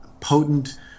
potent